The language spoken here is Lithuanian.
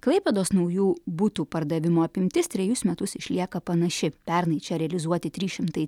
klaipėdos naujų butų pardavimo apimtis trejus metus išlieka panaši pernai čia realizuoti trys šimtai